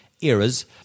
eras